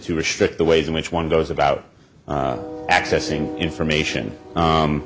to restrict the ways in which one goes about accessing information